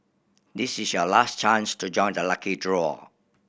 this is your last chance to join the lucky draw